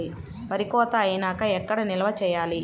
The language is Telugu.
వరి కోత అయినాక ఎక్కడ నిల్వ చేయాలి?